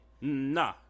Nah